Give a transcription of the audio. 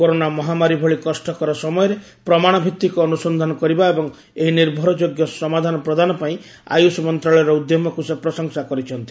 corona ମହାମାରୀ ଭଳି କଷ୍ଟକର ସମୟରେ ପ୍ରମାଣ ଭିତ୍ତିକ ଅନ୍ତସନ୍ଧାନ କରିବା ଏବଂ ଏହି ନିର୍ଭରଯୋଗ୍ୟ ସମାଧାନ ପ୍ରଦାନ ପାଇଁ ଆୟୁଷ ମନ୍ତ୍ରଣାଳୟର ଉଦ୍ୟମକୁ ସେ ପ୍ରଶଂସା କରିଛନ୍ତି